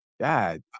God